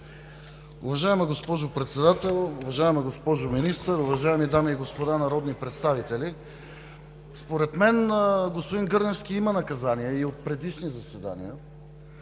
Уважаема госпожо Председател, уважаема госпожо Министър, уважаеми дами и господа народни представители! Според мен господин Гърневски има наказания и от предишни заседания.